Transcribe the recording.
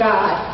God